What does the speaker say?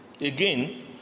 again